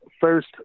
first